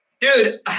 Dude